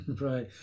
Right